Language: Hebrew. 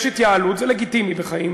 יש התייעלות, זה לגיטימי בחיים